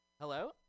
Hello